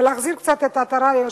ולהחזיר קצת עטרה ליושנה,